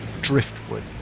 driftwood